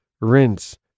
rinse